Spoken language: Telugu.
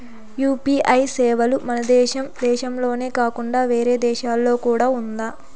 యు.పి.ఐ సేవలు మన దేశం దేశంలోనే కాకుండా వేరే దేశాల్లో కూడా ఉందా?